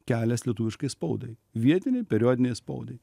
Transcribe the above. kelias lietuviškai spaudai vietinei periodinei spaudai